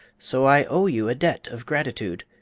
so i owe you a debt of gratitude.